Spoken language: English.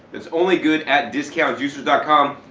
that's only good at discountjuicers ah com,